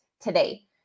today